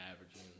averaging –